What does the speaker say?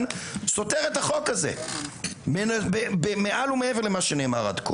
סותר את החוק הזה במעל ומעבר למה שנאמר עד כה.